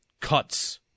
cuts